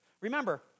Remember